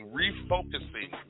refocusing